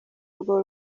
urwo